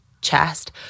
chest